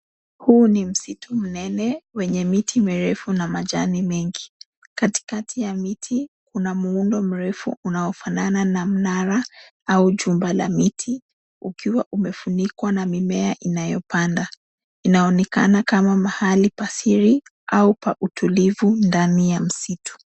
Huu ni msitu mnene wenye miti mirefu na majani mengi. Katikati ya miti kuna muundo mrefu unaofanana na mnara au jumba la miti ukiwa umefunikwa na mimea inayopanda. Inaonekana kama mahali pa siri au pa utulivu ndani ya msitu.